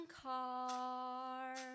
car